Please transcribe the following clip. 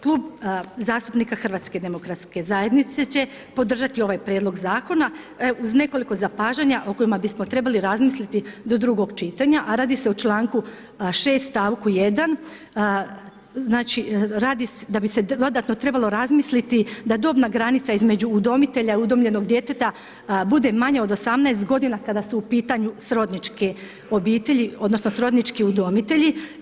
Klub zastupnika Hrvatske demokratske zajednice će podržati ovaj Prijedlog zakona uz nekoliko zapažanja o kojima bi smo trebali razmisliti do drugog čitanja, a radi se o članku 6. stavku 1., znači, da bi se dodatno trebalo razmisliti da dobna granica između udomitelja, udomljenog djeteta bude manja od 18 godina kada su u pitanju srodničke obitelji, odnosno srodnički udomitelji.